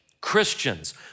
Christians